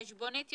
חשבונית,